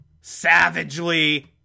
savagely